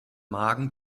magen